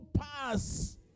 pass